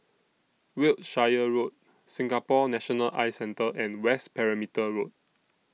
Wiltshire Road Singapore National Eye Centre and West Perimeter Road